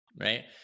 right